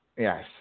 Yes